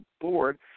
board